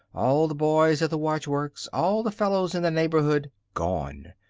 all the boys at the watchworks, all the fellows in the neighborhood gone.